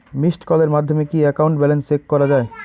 Missed কলের মাধ্যমে কি একাউন্ট ব্যালেন্স চেক করা যায়?